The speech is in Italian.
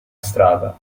strada